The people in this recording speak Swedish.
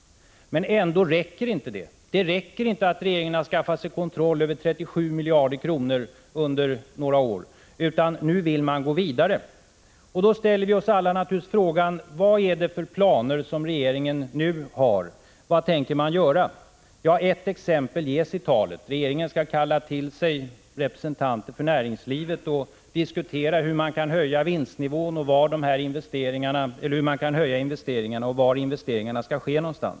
Men det är ändå inte tillräckligt. Det räcker inte att regeringen har skaffat sig kontroll över 37 miljarder kronor under några år, utan nu vill man gå vidare. Då frågar man sig naturligtvis: Vad är det för planer regeringen nu har? Vad tänker man göra? Ett exempel ges i det nyss nämnda talet. Regeringen skall kalla till sig representanter för näringslivet och diskutera hur man kan höja investeringarna och var investeringarna skall ske.